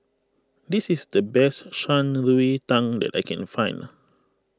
this is the best Shan Rui Tang that I can find